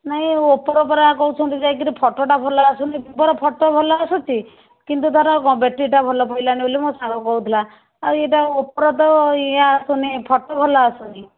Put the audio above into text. ନାଇଁ ଓପୋର ପରା କହୁଛନ୍ତି ଯାଇକିରି ଫୋଟୋଟା ଭଲ ଆସୁନି ଭିବୋର ଫୋଟୋ ଭଲ ଆସୁଛି କିନ୍ତୁ ତା'ର ବେଟ୍ରିଟା ଭଲ ପଡ଼ିଲାନି ବୋଲି ମୋ ସାଙ୍ଗ କହୁଥିଲା ଆଉ ଏଇଟା ଓପୋର ତ ଇଏ ଆସୁନି ଫୋଟୋ ଭଲ ଆସୁନି